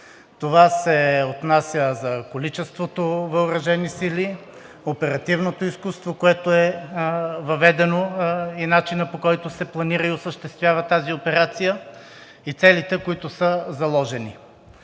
Това се отнася за количеството въоръжени сили, оперативното изкуство, което е въведено, и начина, по който се планира и осъществява тази операция, и целите, които са заложени.